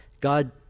God